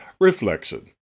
Reflection